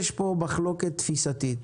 יש פה מחלוקת תפיסתית,